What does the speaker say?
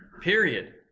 Period